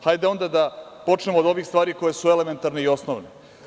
Hajde onda da počnemo od ovih stvari koje su elementarne i osnovne.